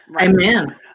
Amen